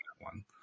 one